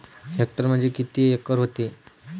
Hectare म्हणजे किती acre व्हते?